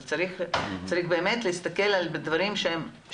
אבל צריך להסתכל באמת על דברים אפשריים.